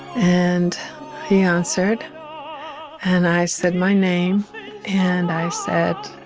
and he answered and i said my name and i said,